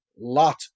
lot